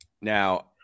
Now